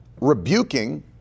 rebuking